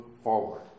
forward